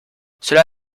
cela